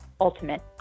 ultimate